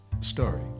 story